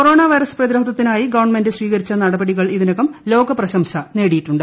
corona virus പ്രതിരോധത്തിനായി government സ്വീകരിച്ച നടപടികൾ ഇതിനകം ലോക പ്രശ്ിസ് നേടിയിട്ടുണ്ട്